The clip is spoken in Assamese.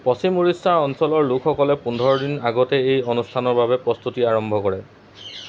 পশ্চিম উৰিষ্যা অঞ্চলৰ লোকসকলে পোন্ধৰ দিন আগতেই এই অনুষ্ঠানৰ বাবে প্ৰস্তুতি আৰম্ভ কৰে